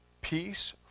peace